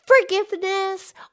forgiveness